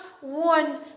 one